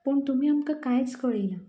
पूण तुमी आमकां कांयच कळयनात